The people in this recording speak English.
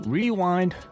Rewind